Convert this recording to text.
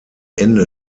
ende